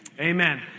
Amen